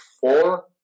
four